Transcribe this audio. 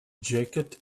jacket